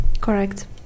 Correct